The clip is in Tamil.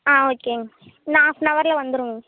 ஆ ஓகேங்க இன்னும் ஆஃப்னவரில் வந்துருங்க